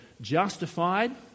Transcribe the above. justified